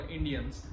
Indians